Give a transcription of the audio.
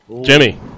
Jimmy